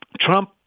Trump